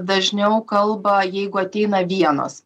dažniau kalba jeigu ateina vienos